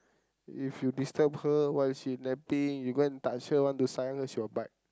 if you disturb her while she napping you go and touch her want to sayang her she will bite